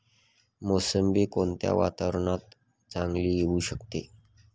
मोसंबी कोणत्या वातावरणात चांगली येऊ शकते?